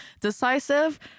decisive